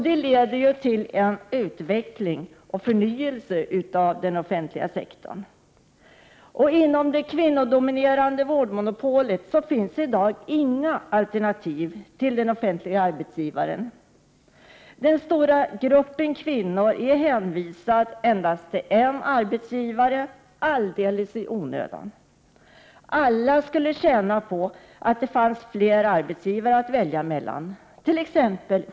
Det leder till en utveckling och förnyelse även av den offentliga sektorn. Inom det kvinnodominerade vårdmonopolet finns i dag inga alternativ till den offentliga arbetsgivaren. Denna stora grupp kvinnor är hänvisad till endast en arbetsgivare — alldeles i onödan. Alla skulle tjäna på att det fanns flera arbetsgivare att välja mellan fört.ex.